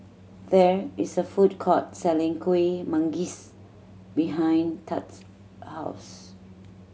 there is a food court selling Kuih Manggis behind Tad's house